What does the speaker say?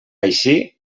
així